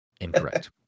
Incorrect